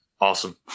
Awesome